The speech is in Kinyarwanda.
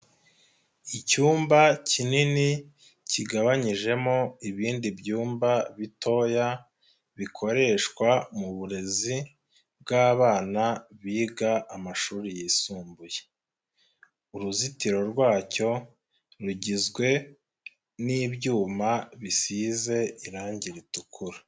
Icyumba kinini kigabanyijemo ibindi byumba bitoya bikoreshwa mu burezi bw'abana biga amashuri yisumbuye. Uruzitiro rwacyo rugizwe n'ibyuma bisize irange ritukura.